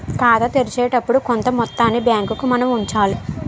ఖాతా తెరిచేటప్పుడు కొంత మొత్తాన్ని బ్యాంకుకు మనం ఉంచాలి